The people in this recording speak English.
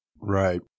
Right